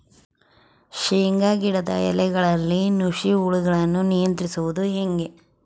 ಶೇಂಗಾ ಗಿಡದ ಎಲೆಗಳಲ್ಲಿ ನುಷಿ ಹುಳುಗಳನ್ನು ನಿಯಂತ್ರಿಸುವುದು ಹೇಗೆ?